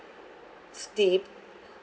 steep